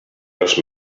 res